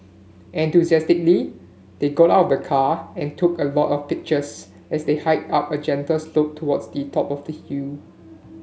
enthusiastically they got out of the car and took a lot of pictures as they hiked up a gentle slope towards the top of the hill